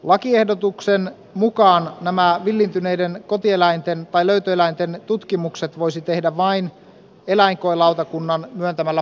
lakiehdotuksen mukaan nämä villiintyneiden kotieläinten tai löytöeläinten tutkimukset voisi tehdä vain eläinkoelautakunnan myöntämällä poikkeusluvalla